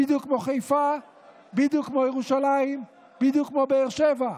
איזה החלטות ממשלה?